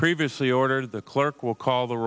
previously ordered the clerk will call the